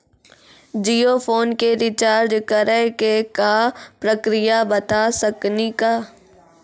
Jio phone के recharge करे के का प्रक्रिया बता साकिनी का?